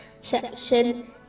section